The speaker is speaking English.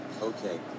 Okay